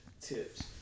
tips